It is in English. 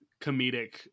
comedic